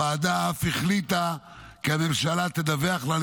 הוועדה אף החליטה כי הממשלה תדווח לה על